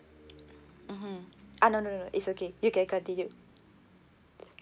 mmhmm uh no no no it's okay you can continue